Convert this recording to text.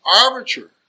arbiter